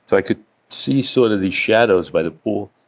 i could see, sort of, these shadows by the pool.